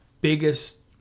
biggest